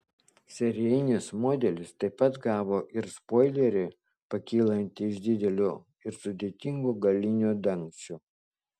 serijinis modelis taip pat gavo ir spoilerį pakylantį iš didelio ir sudėtingo galinio dangčio